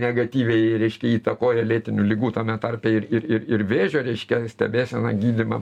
negatyviai reiškia įtakoja lėtinių ligų tame tarpe ir ir ir vėžio reiškia stebėseną gydymą